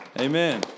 Amen